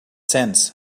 sense